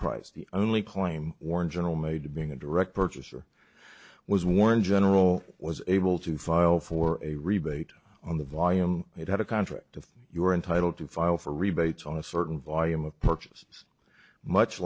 price the only claim or in general made being a direct purchaser was one general was able to file for a rebate on the volume it had a contract if you were entitled to file for rebates on a certain volume of purchases much